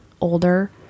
older